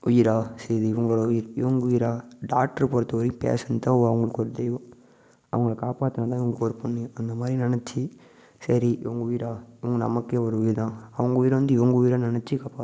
உயிரா சரி இவங்களோட உயிர் இவங்க உயிரா டாக்டர் பொறுத்தவரைக்கும் பேஷண்ட் தான் அவங்களுக்கு ஒரு தெய்வம் அவங்களை காப்பாற்றுறது தான் இவங்களுக்கு ஒரு புண்ணியம் அந்தமாதிரி நினச்சி சரி இவங்க உயிரா ம் நமக்கே ஒரு உயிர் தான் அவங்க உயிரை வந்து இவங்க உயிராக நினச்சு காப்பாற்றணும்